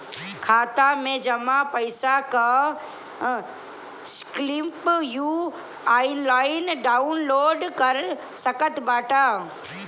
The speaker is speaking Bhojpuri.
खाता से जमा पईसा कअ स्लिप तू ऑनलाइन डाउन लोड कर सकत बाटअ